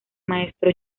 maestro